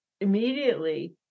immediately